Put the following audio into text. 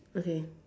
okay